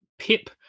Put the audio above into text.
Pip